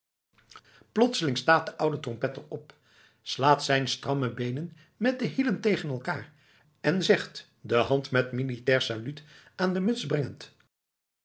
plotseling staat de oude trompetter op slaat zijn stramme beenen met de hielen tegen elkaar en zegt de hand met